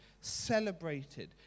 celebrated